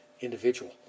individual